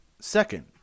second